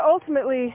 ultimately